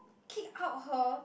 kick out her